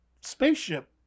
spaceship